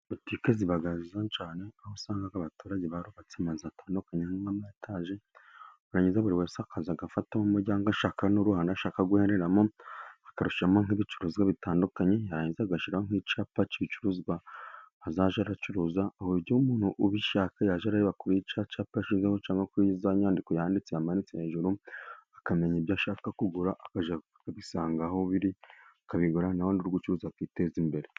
politike ziba nziza cyane aho usanga abaturage barubatse amazu atandukanye n'amataje barangiza buri wese akaza agafata aho umuryango ashaka n'uruhande ashaka guhereramo akarushyiramo nk'ibicuruzwa bitandukanye yarangiza agashyiraho nk'icyapa cy'ibicuruzwa azajya aracuruza ku buryo umuntu ubishaka yajya arareba kuri cya cyapa kiriho amakuru za nyandiko yanditse yamanitse hejuru akamenya ibyo ashaka kugura akajya kubisanga aho biri akabigura na wa wundi uri gucuruza akiteza imbere.